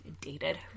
dated